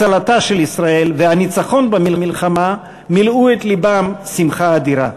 הצלתה של ישראל והניצחון במלחמה מילאו את לבם שמחה אדירה.